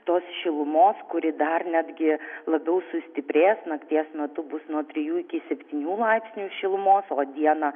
tos šilumos kuri dar netgi labiau sustiprės nakties metu bus nuo trijų iki septynių laipsnių šilumos o dieną